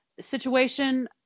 situation